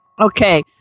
Okay